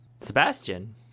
Sebastian